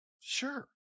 sure